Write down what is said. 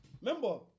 Remember